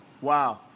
Wow